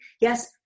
Yes